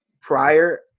Prior